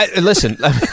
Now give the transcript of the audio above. listen